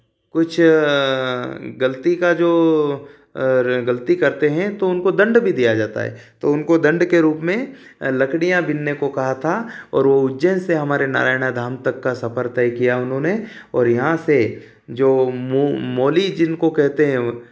कुछ गलती का जो गलती करते हैं तो उनको दंड भी दिया जाता है तो उनको दंड के रूप में लकड़ियाँ बीनने को कहा था और वह उज्जैन से हमारे नारायणा धाम तक का सफ़र तय किया उन्होंने और यहाँ से जो मौली जिनको कहते हैं